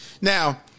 Now